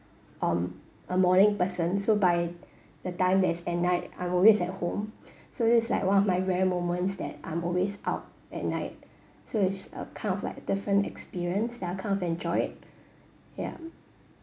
um a morning person so by the time that is at night I'm always at home so this is like one of my rare moments that I'm always out at night so it's uh kind of like different experience that I kind of enjoy it ya